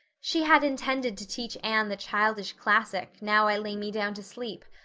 she had intended to teach anne the childish classic, now i lay me down to sleep.